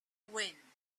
wind